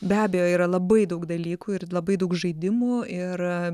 be abejo yra labai daug dalykų ir labai daug žaidimų ir